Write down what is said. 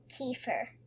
kefir